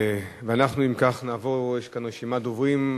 אם כך, אנחנו נעבור, יש כאן רשימת דוברים.